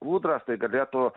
kūdras tai galėtų